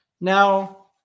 Now